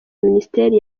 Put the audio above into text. minisiteri